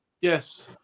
yes